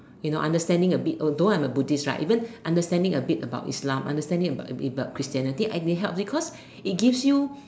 you know understanding a bit although I'm a Buddhist right understanding a bit about Islam understanding about Christianity may help because it gives you